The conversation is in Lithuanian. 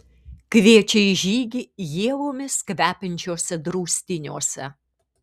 kviečia į žygį ievomis kvepiančiuose draustiniuose